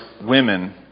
women